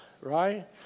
right